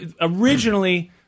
Originally